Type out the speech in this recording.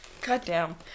Goddamn